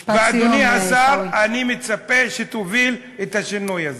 ואדוני השר, אני מצפה שתוביל את השינוי הזה.